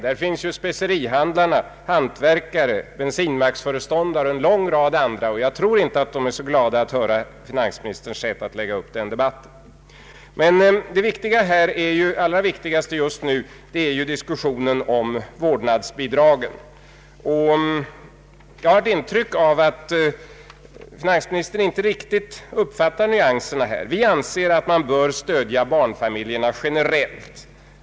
Där finns ju specerihandlare, hantverkare, bensinmacksföreståndare och en lång rad andra. Jag tror inte att de är så glada över finansministerns sätt att lägga upp debatten. Det allra viktigaste just nu är dock diskussionen om vårdnadsbidragen. Jag har ett intryck av att finansministern inte riktigt uppfattar nyanserna. Vi anser att man bör stödja barnfamiljerna generellt.